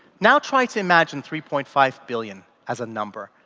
now try to imagine three point five billion as a number.